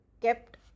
kept